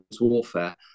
warfare